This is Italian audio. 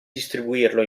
distribuirlo